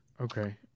Okay